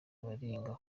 baringa